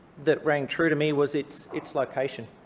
that rang true to me was its its location.